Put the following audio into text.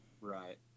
right